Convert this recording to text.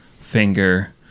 finger